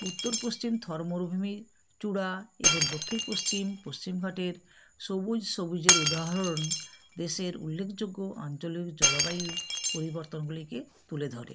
উত্তর পশ্চিম থর মরুভূমির চূড়া এবং দক্ষিণ পশ্চিম পশ্চিমঘাটের সবুজ সবুজের উদাহরণ দেশের উল্লেখযোগ্য অঞ্চলের জলবায়ু পরিবর্তনগুলিকে তুলে ধরে